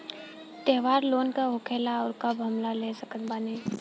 त्योहार लोन का होखेला आउर कब हम ले सकत बानी?